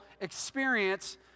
experience